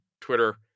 Twitter